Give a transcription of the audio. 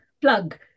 plug